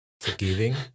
forgiving